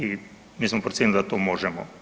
I mi smo procijenili da to možemo.